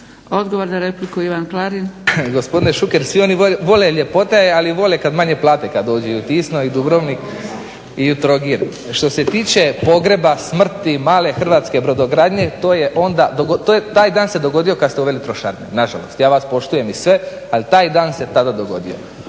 Klarin. **Klarin, Ivan (SDP)** Gospodine Šuker, svi oni vole ljepote, ali vole kad manje plate kad dođu u Tisno, u Dubrovnik i u Trogir. Što se tiče pogreba, smrti male hrvatske brodogradnje, to je onda, taj dan se dogodio kad ste uveli trošarine na žalost. Ja vas poštujem i sve, ali taj dan se tada dogodio.